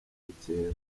bukera